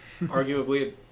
Arguably